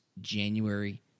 January